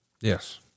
Yes